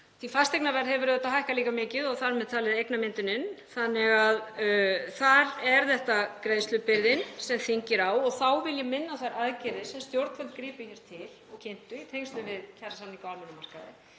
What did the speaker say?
því fasteignaverð hefur auðvitað líka hækkað mikið og þar með talið eignamyndunin. Þar er þetta greiðslubyrðin sem þyngir á og þá vil ég minna á þær aðgerðir sem stjórnvöld gripu til og kynntu í tengslum við kjarasamninga á almennum markaði,